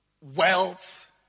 Wealth